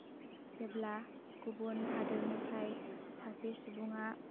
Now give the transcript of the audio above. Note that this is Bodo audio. जेब्ला गुबुन हादरनिफ्राय सासे सुबुङा